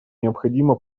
необходимо